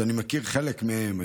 שאני מכיר חלק מהם,